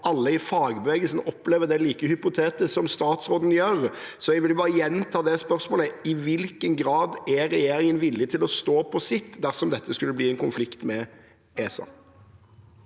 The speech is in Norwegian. alle i fagbevegelsen opplever det som like hypotetisk som statsråden gjør. Så jeg vil bare gjenta spørsmålet: I hvilken grad er regjeringen villig til å stå på sitt dersom dette skulle bli en konflikt med ESA?